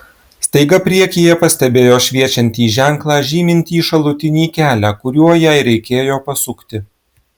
staiga priekyje pastebėjo šviečiantį ženklą žymintį šalutinį kelią kuriuo jai reikėjo pasukti